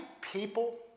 people